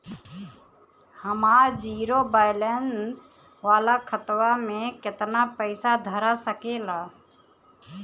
हमार zero balance वाला खतवा म केतना पईसा धरा सकेला?